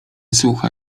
słuchał